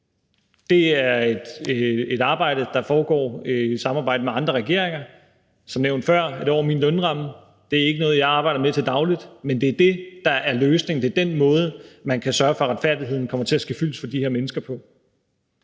Det er et arbejde, der foregår i et samarbejde med andre regeringer. Som nævnt før er det over min lønramme, det er ikke noget, jeg arbejder med til daglig. Men det er det, der er løsningen, det er den måde, man kan sørge for at retfærdigheden kommer til at ske fyldest for de her mennesker på.